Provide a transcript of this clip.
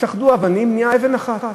התאחדו האבנים ונהייתה אבן אחת,